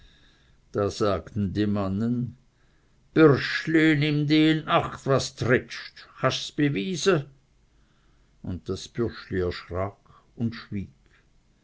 da sagten die mannen bürschli nimm di in acht was d'redst chasch s bewise und das bürschli erschrak und schwieg